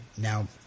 now